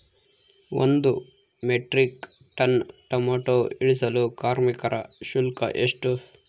ಒಂದು metric ton tomato ಇಳಿಸಲು ಕಾರ್ಮಿಕರ ಶುಲ್ಕ ಎಷ್ಟು?